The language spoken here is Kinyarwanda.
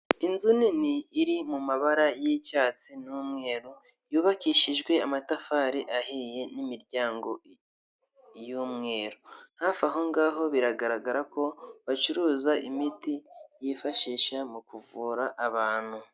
Inzu nini iri mu mabara y'icyatsi n'umweru, yubakishijwe amatafari ahiye n'imiryango y'umweru, hafi aho ngaho biragaragara ko bacuruza imiti yifashisha mu kuvura abantu.